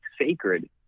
sacred